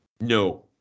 No